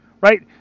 Right